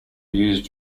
used